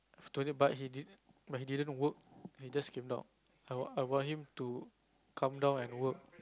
stood it but he did but he didn't work he just came down I want I want him to come down and work